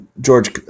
George